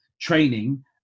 training